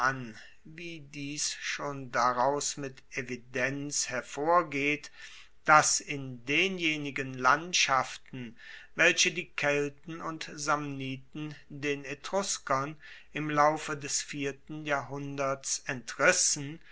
wie dies schon daraus mit evidenz hervorgeht dass in denjenigen landschaften welche die kelten und samniten den etruskern im laufe des vierten jahrhunderts entrissen